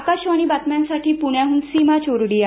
आकाशवाणी बातम्यांसाठी पृण्याहन सीमा चोरडिया